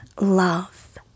love